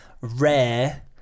rare